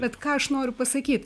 bet ką aš noriu pasakyt